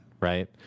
Right